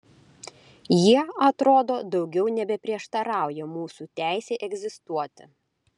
jie atrodo daugiau nebeprieštarauja mūsų teisei egzistuoti